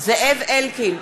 זאב אלקין,